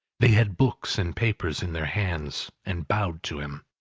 they had books and papers in their hands, and bowed to him.